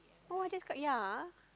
oh that's quite young ah